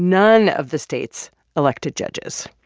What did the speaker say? none of the states elected judges.